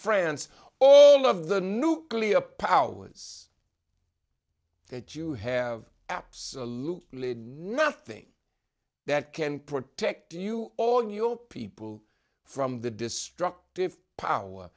france all of the nuclear powers that you have absolutely nothing that can protect you all your people from the destructive power